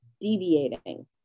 deviating